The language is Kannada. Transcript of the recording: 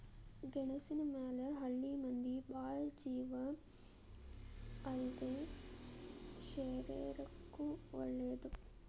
ಗೆಣಸಿನ ಮ್ಯಾಲ ಹಳ್ಳಿ ಮಂದಿ ಬಾಳ ಜೇವ ಅಲ್ಲದೇ ಶರೇರಕ್ಕೂ ವಳೇದ